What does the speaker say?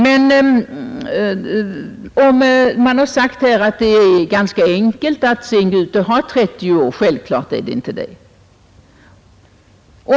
Men om man har sagt här att det är ganska enkelt att sedan gå ut i arbetslivet vid 30 års ålder igen, så är det självklart inte på det sättet.